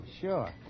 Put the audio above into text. Sure